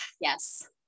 yes